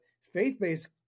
faith-based